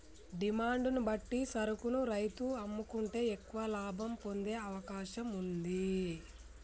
demand ను బట్టి సరుకును రైతు అమ్ముకుంటే ఎక్కువ లాభం పొందే అవకాశం వుంది